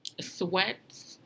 sweats